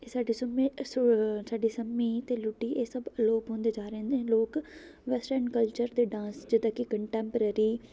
ਇਹ ਸਾਡੇ ਸੁੰਮੇ ਅ ਸੁ ਸਾਡੇ ਸੰਮੀ ਅਤੇ ਲੁੱਡੀ ਇਹ ਸਭ ਅਲੋਪ ਹੁੰਦੇ ਜਾ ਰਹੇ ਨੇ ਲੋਕ ਵੈਸਟਰਨ ਕਲਚਰ ਅਤੇ ਡਾਂਸ ਜਿੱਦਾਂ ਕਿ ਕੰਨਟੈਪਰਰੀ